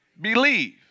believe